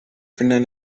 frenar